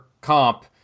comp